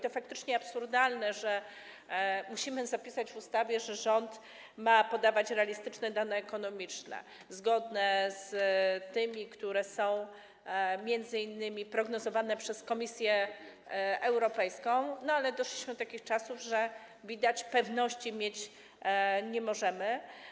To faktycznie absurdalne, że musimy zapisać w ustawie, że rząd ma podawać realistyczne dane ekonomiczne, zgodne z tymi, które są m.in. prognozowane przez Komisję Europejską, ale dożyliśmy do takich czasów, że pewności, jak widać, mieć nie możemy.